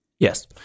Yes